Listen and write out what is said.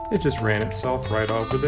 it just ran itself right off of the